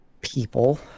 people